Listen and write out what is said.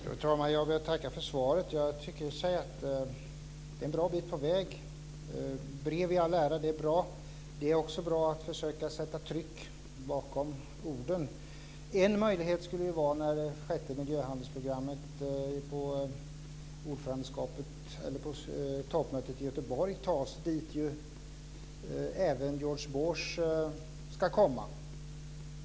Fru talman! Jag vill tacka för svaret. Det är en bra bit på väg. Brev i alla ära, men det är också bra att försöka sätta ett tryck bakom orden. En möjlighet är när sjätte miljöhandlingsprogrammet antas vid toppmötet i Göteborg, dit ju även George Bush ska komma.